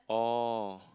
oh